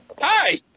Hi